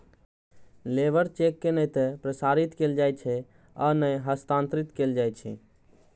labour cheque के नै ते प्रसारित कैल जाइ छै आ नै हस्तांतरित कैल जाइ छै